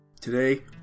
Today